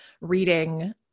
reading